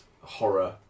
horror